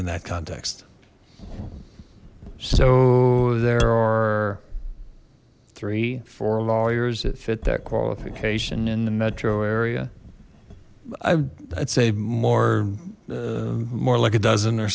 in that context so there are three four lawyers that fit that qualification in the metro area i i'd say more more like a dozen or